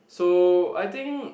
so I think